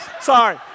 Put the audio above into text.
Sorry